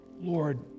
Lord